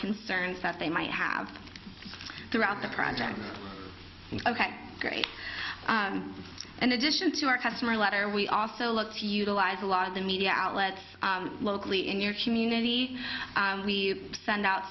concerns that they might have throughout the project ok great and additions to our customer letter we also look to utilize a lot of the media outlets locally in your community we send out